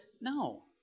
No